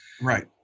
Right